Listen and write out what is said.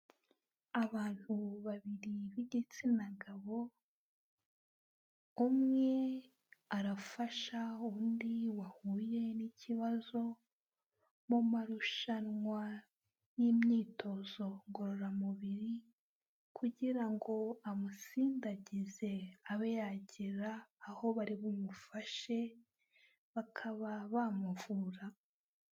Abantu babiri b'igitsina gabo, umwe arafasha undi wahuye n'ikibazo, mu marushanwa y'imyitozo ngororamubiri kugira ngo amusindagize abe yagera aho bari bumufashe, bakaba bamuvura.